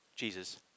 Jesus